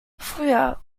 früher